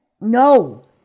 No